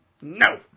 No